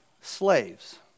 slaves